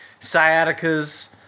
sciaticas